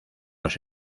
los